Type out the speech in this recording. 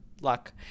luck